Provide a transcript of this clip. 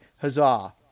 huzzah